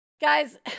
Guys